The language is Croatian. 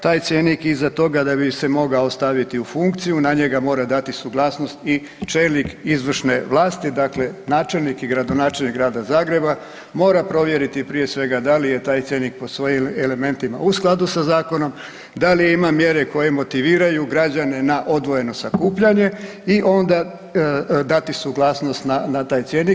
Taj cjenik iza toga da bi se mogao staviti u funkciju na njega mora dati suglasnost i čelnik izvršne vlasti, dakle načelnik i gradonačelnik Grada Zagreba mora provjeriti prije svega da li je taj cjenik po svojim elementima u skladu sa zakonom, da li ima mjere koje motiviraju građane na odvojeno sakupljanje i onda dati suglasnost na taj cjenik.